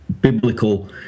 biblical